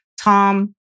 Tom